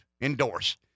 endorse